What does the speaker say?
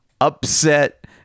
upset